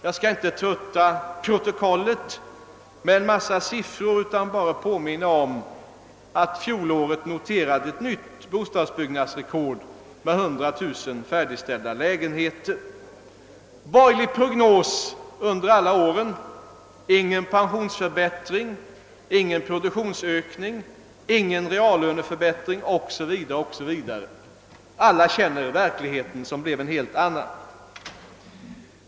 Jag skall inte tynga protokollet med en massa siffror utan bara påminna om att ett nytt bostadsbyggnadsrekord med 100000 färdigställda lägenheter noterades under fjolåret. De borgerliga prognoserna för framtiden var: ingen pensionsförbättring, ingen produktionsökning, ingen reallöneförbättring osv. Alla vet vi att verkligheten blev en helt annan.